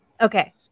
okay